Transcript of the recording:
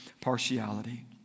partiality